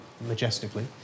majestically